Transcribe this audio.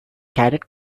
cadet